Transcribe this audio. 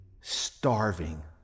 starving